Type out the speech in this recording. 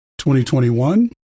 2021